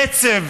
עצב,